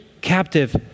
captive